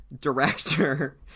director